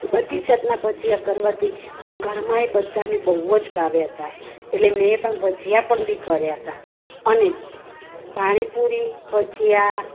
બધી જાતના ભજીયા કરવાથી પણ ઘરમાંય બધાને બહુ જ ભાવ્યા હતા એટલે મેં પણ ભજીયા પણ બી કર્યા હતા અને પાણીપુરી ભજીયા